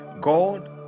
God